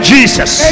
Jesus